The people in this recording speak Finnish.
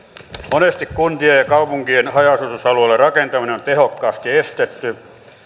monesti kuntien ja kaupunkien haja asutusalueille rakentaminen on tehokkaasti estetty